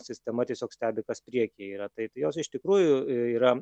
sistema tiesiog stebi kas prieky yra tai jos iš tikrųjų yra